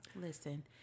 Listen